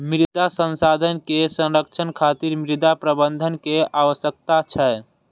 मृदा संसाधन के संरक्षण खातिर मृदा प्रबंधन के आवश्यकता छै